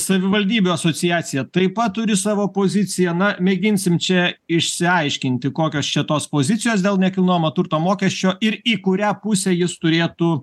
savivaldybių asociacija taip pat turi savo poziciją na mėginsim čia išsiaiškinti kokios čia tos pozicijos dėl nekilnojamo turto mokesčio ir į kurią pusę jis turėtų